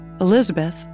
Elizabeth